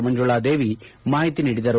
ಮಂಜುಳಾದೇವಿ ಮಾಹಿತಿ ನೀಡಿದರು